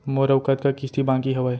मोर अऊ कतका किसती बाकी हवय?